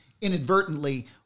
inadvertently